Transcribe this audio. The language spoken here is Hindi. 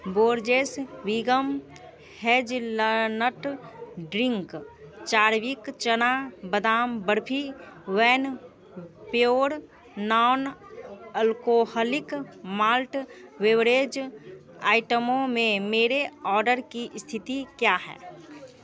Borges vegan hazelnut drink Charvik chana badam barfi Van pure non alcoholic malt beverage आइटमों के मेरे ऑर्डर की स्थिति क्या है